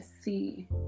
see